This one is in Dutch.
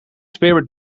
spirit